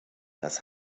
das